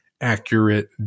accurate